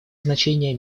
значение